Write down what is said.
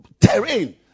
terrain